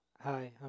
Hi